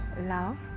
love